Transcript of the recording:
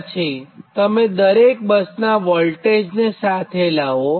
પછીતમે દરેક બસનાં વોલ્ટેજને સાથે લાવો